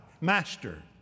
Master